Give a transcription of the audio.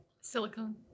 Silicone